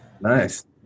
Nice